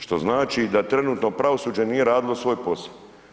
Što znači da trenutno pravosuđe nije radilo svoj posao.